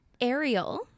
Ariel